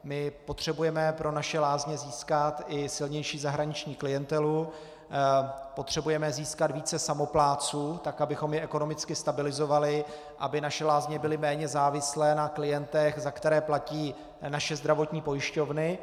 My potřebujeme pro naše lázně získat i silnější zahraniční klientelu, potřebujeme získat více samoplátců tak, abychom je ekonomicky stabilizovali, aby naše lázně byly méně závislé na klientech, za které platí naše zdravotní pojišťovny.